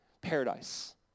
Paradise